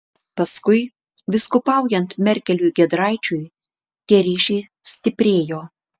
paskui vyskupaujant merkeliui giedraičiui tie ryšiai stiprėjo